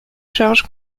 charge